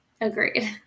Agreed